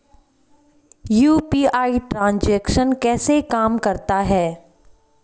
UPI transaction कैसे काम करता है?